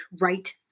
right